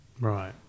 Right